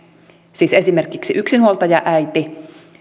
siis esimerkiksi yksinhuoltajaäiti